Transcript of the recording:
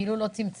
כאילו לא צמצמו.